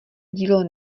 dílo